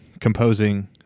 composing